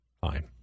Fine